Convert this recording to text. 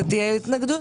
תהיה התנגדות?